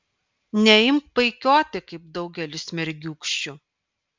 neimk paikioti kaip daugelis mergiūkščių